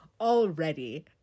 already